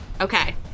Okay